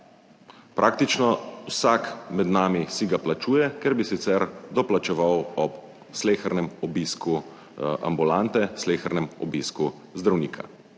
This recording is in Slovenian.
Praktično vsak med nami si ga plačuje, ker bi sicer doplačeval ob slehernem obisku ambulante, slehernem obisku zdravnika.